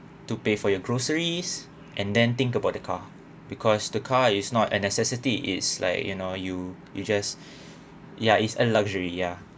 to pay for your groceries and then think about the car because the car is not a necessity it's like you know you you just ya is a luxury ya